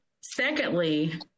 Secondly